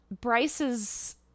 Bryce's